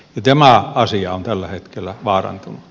tämä asia on tällä hetkellä vaarantunut